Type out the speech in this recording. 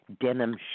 denim